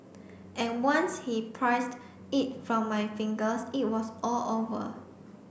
and once he'd prised it from my fingers it was all over